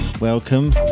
Welcome